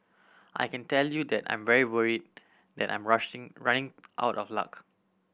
I can tell you that I'm very worried that I'm running out of luck